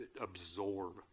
absorb